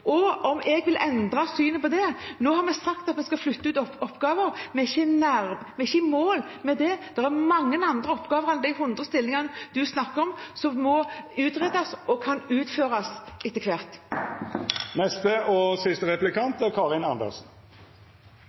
Om jeg vil endre synet på dette: Nå har vi sagt at vi skal flytte ut oppgaver. Vi er ikke i mål med det. Det er mange andre oppgaver enn de 100 stillingene en snakker om, som må utredes, og som kan iverksettes etter hvert. Jeg tror representanten og jeg er enige om at vi lever i et samfunn der det egentlig er